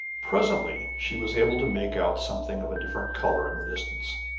presently she was able to make out something of a different color in the distance,